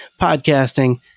podcasting